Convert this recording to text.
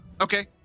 Okay